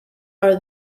are